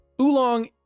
oolong